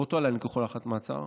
באותו הלילה נלקחו להארכת מעצר.